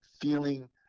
feeling